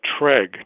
TREG